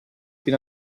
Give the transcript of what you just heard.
più